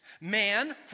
Man